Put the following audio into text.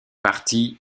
partis